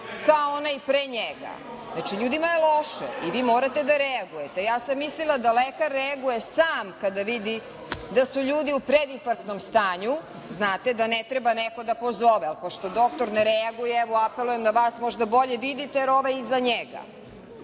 kao onaj pre njega. Znači, ljudima je loše i vi morate da reagujete. Ja sam mislila da lekar reaguje sam kada vidi da su ljudi u predinfarktnom stanju. Znate da ne treba neko da pozove, ali pošto doktor ne reaguje, apelujem na vas možda bolje vidite, jer ovaj je iza njega. Ovaj